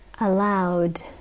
allowed